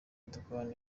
tugakora